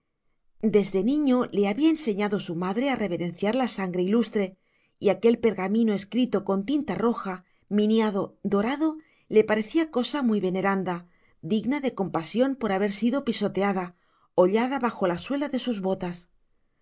desde niño le había enseñado su madre a reverenciar la sangre ilustre y aquel pergamino escrito con tinta roja miniado dorado le parecía cosa muy veneranda digna de compasión por haber sido pisoteada hollada bajo la suela de sus botas